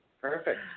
Perfect